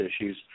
issues